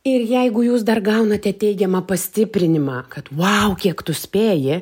ir jeigu jūs dar gaunate teigiamą pastiprinimą kad vau kiek tu spėji